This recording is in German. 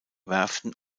werften